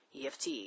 EFT